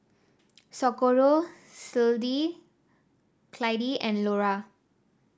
Socorro Clydie and Lora